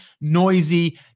noisy